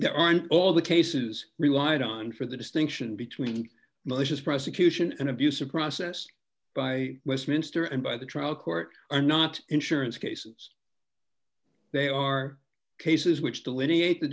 there aren't all the cases relied on for the distinction between malicious prosecution and abuse of process by westminster and by the trial court are not insurance cases they are cases which delineate the